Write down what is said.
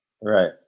Right